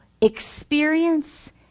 experience